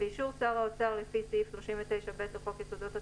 באישור שר האוצר לפי סעיף 39ב לחוק יסודות התקציב,